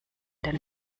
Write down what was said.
den